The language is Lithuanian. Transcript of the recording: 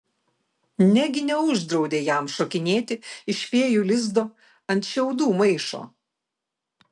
negi neuždraudė jam šokinėti iš fėjų lizdo ant šiaudų maišo